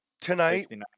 Tonight